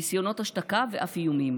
ניסיונות השתקה ואף איומים.